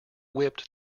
whipped